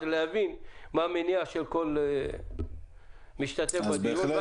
ולהבין מה המניע של כל משתתף בדיון.